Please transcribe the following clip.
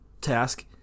task